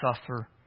suffer